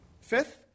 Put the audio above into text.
Fifth